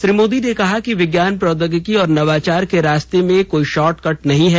श्री मोदी ने कहा कि विज्ञान प्रौद्योगिकी और नवाचार के रास्ते में कोई शॉर्टकट नहीं है